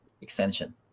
extension